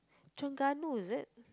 Terengganu is it